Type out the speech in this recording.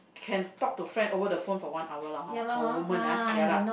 can talk to friend over the phone for one hour lah hor for woman ah ya lah